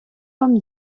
вам